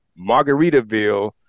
margaritaville